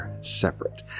separate